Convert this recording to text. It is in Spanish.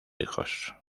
hijos